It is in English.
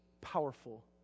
powerful